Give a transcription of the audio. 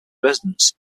residents